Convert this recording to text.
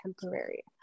temporary